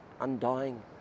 undying